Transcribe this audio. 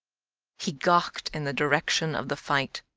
he gawked in the direction of the fight.